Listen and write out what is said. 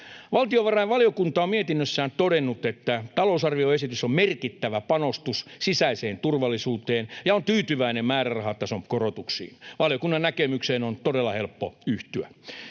Valtiovarainvaliokunta on mietinnössään todennut, että talousarvioesitys on merkittävä panostus sisäiseen turvallisuuteen, ja on tyytyväinen määrärahatason korotuksiin. Valiokunnan näkemykseen on todella helppo yhtyä.